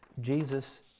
Jesus